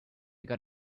got